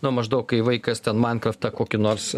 na maždaug kai vaikas ten mainkraftą kokį nors